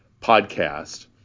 podcast